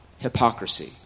hypocrisy